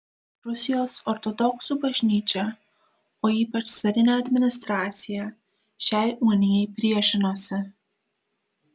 rusijos ortodoksų bažnyčia o ypač carinė administracija šiai unijai priešinosi